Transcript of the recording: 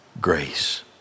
grace